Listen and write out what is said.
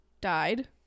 died